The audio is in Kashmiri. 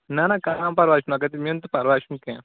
نہ نہ کانٛہہ پَرواے چھُنہٕ اگر تِم یِن تہٕ پرواے چھُنہٕ کینٛہہ